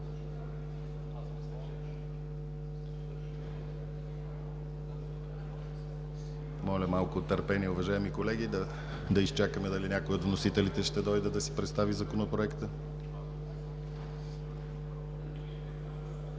Моля малко търпение, уважаеми колеги, да изчакаме дали някой от вносителите ще дойде да си представи Законопроекта.